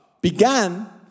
began